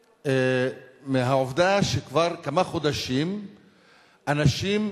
מהעובדה שכבר כמה חודשים אנשים,